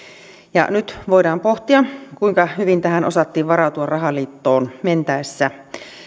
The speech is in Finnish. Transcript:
nyt voidaan pohtia kuinka hyvin tähän osattiin varautua rahaliittoon mentäessä